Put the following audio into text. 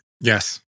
Yes